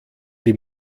die